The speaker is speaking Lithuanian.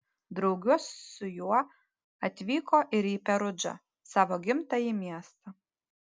drauge su juo atvyko ir į perudžą savo gimtąjį miestą